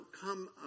come